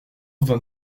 vingt